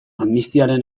amnistiaren